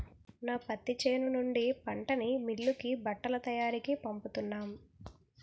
నా పత్తి చేను నుండి పంటని మిల్లుకి బట్టల తయారికీ పంపుతున్నాం